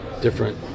different